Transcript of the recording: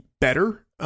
better